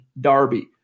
Darby